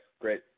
great